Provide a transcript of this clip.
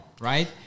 right